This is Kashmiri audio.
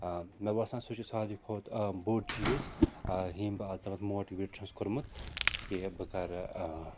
آ مےٚ باسان سُہ چھُ سارِوٕے کھۄتہٕ بوٚڈ چیٖز آ ییٚمۍ بہٕ اَز تامَتھ ماٹِویٹ چھُس کوٚرمُت کہِ بہٕ کَرٕ